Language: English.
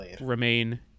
remain